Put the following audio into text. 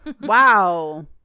Wow